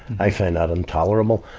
i find that intolerable.